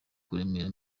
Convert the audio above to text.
kuremera